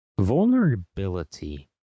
Vulnerability